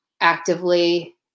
actively